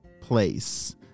place